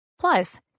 Plus